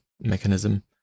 mechanism